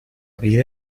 vida